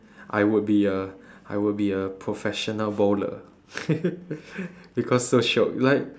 I would be a I would be a professional bowler because so shiok like